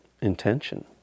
intention